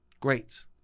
great